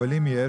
אבל אם יש,